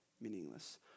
meaningless